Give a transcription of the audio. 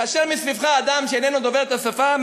כאשר מסביבך אדם שאיננו דובר את השפה,